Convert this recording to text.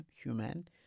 human